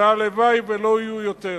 והלוואי שלא יהיו יותר.